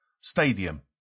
Stadium